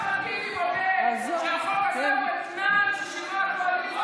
אחמד טיבי מודה שהחוק הזה הוא אתנן ששילמה הקואליציה,